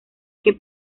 que